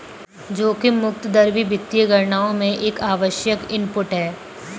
जोखिम मुक्त दर भी वित्तीय गणनाओं में एक आवश्यक इनपुट है